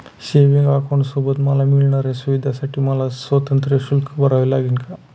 Savings अकाउंटसोबत मला मिळणाऱ्या सुविधांसाठी मला स्वतंत्र शुल्क भरावे लागेल का?